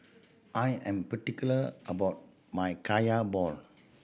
I am particular about my Kaya ball